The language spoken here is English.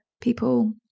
People